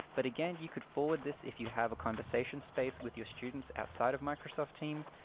but again, you could forward this if you have a conversation space with your students outside of microsoft teams.